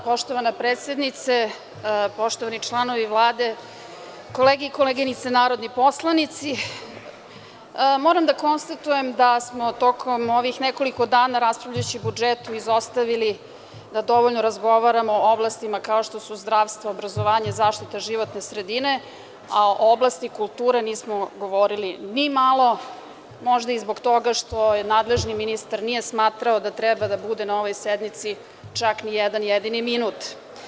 Poštovana predsednice, poštovani članovi Vlade, kolege i koleginice narodni poslanici, moram da konstatujem da smo tokom ovih nekoliko dana raspravljajući o budžetu izostavili da dovoljno razgovaramo o oblastima kao što su zdravstvo, obrazovanje, zaštita životne sredine, a o oblasti kulture nismo govorili ni malo, možda i zbog toga što nadležni ministar nije smatrao da treba da bude na ovaj sednici čak ni jedan jedini minut.